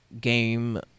game